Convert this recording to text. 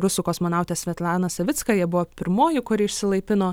rusų kosmonautė svetlana savickaja buvo pirmoji kuri išsilaipino